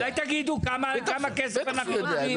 אז אולי תגידו כמה כסף אנחנו מכניסים?